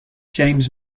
james